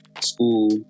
School